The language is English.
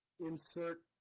insert